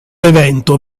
evento